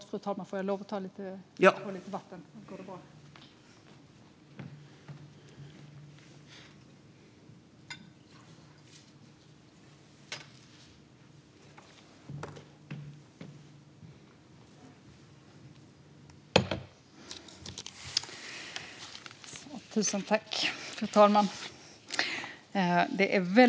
Fru talman!